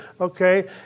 Okay